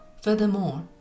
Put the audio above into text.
Furthermore